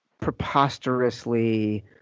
preposterously